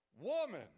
woman